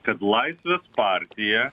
kad laisvės partija